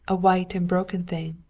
a white and broken thing,